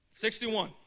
61